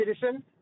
citizen